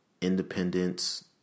independence